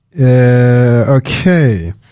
okay